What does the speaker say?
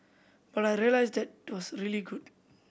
but I realised that it was really good